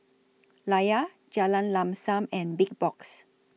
Layar Jalan Lam SAM and Big Box